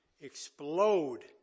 explode